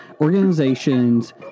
organizations